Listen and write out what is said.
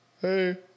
hey